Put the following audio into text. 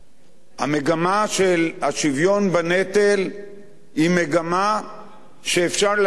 המגמה של השוויון בנטל היא מגמה שאפשר להאיץ אותה,